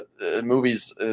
movies